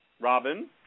Robin